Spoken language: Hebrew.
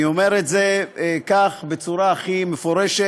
אני אומר את זה כך, בצורה הכי מפורשת: